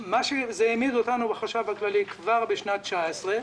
זה העמיד אותנו בחשב הכללי כבר בשנת 2019,